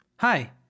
Hi